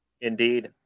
Indeed